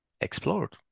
explored